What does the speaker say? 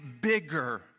bigger